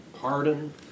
pardon